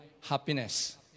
happiness